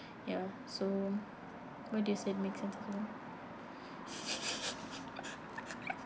ya so what you said makes sense loh